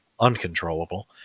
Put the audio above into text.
uncontrollable